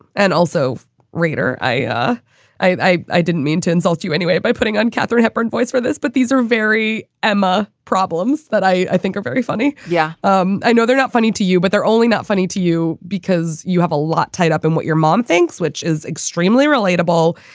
and also reader i ah i i didn't mean to insult you anyway by putting on katharine hepburn voice for this, but these are very emma problems that but i think are very funny. yeah, um i know they're not funny to you, but they're only not funny to you because you have a lot tied up in what your mom thinks, which is extremely relatable.